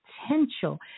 potential